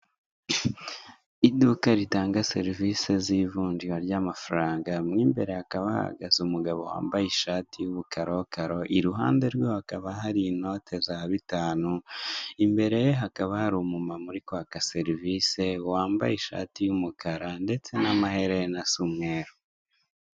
Iduka ritanga serivisi z'ivunjira ry'amafaranga mu imbere hakaba hahagaze umugabo wambaye ishati y'ubukarokaro, iruhande rwe hakaba hari inote za bitanu, imbere hakaba hari umumama uri kwaka serivise wambaye ishati y'umukara ndetse n'amaherena asa umweru.